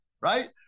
right